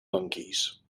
monkeys